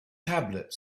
tablet